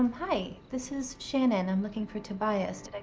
hi. this is shannon. i'm looking for tobias.